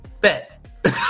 bet